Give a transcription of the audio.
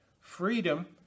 freedom